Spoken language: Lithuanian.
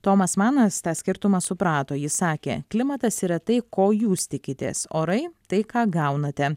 tomas manas tą skirtumą suprato jis sakė klimatas yra tai ko jūs tikitės orai tai ką gaunate